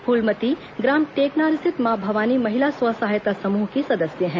फूलमती ग्राम टेकनार स्थित मां भवानी महिला स्व सहायता समूह की सदस्य है